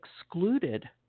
excluded